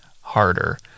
harder